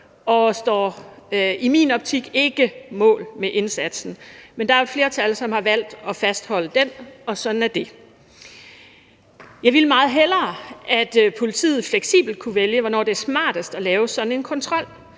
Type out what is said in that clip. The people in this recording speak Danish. står i min optik ikke mål med indsatsen, men der er et flertal, som har valgt at fastholde den, og sådan er det. Jeg ville meget hellere, at politiet fleksibel kunne vælge, hvornår det er smartest at lave sådan en kontrol,